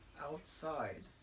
outside